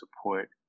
support